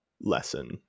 lesson